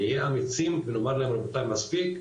נהיה אמיצים ונאמר להם רבותי מספיק,